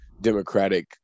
Democratic